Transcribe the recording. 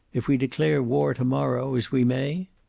if we declare war to-morrow, as we may?